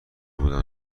بودم